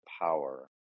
power